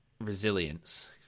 resilience